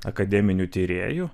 akademinių tyrėjų